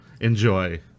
enjoy